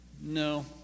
No